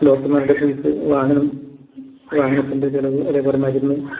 ഡോക്ടർമാരുടെ ഫീസ് വാഹനം വാഹനത്തിൻ്റെ ചിലവ് അതേ പോലെ മരുന്ന്